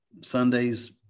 Sundays